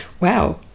Wow